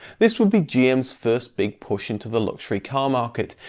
this would be gm's first big push into the luxury car market,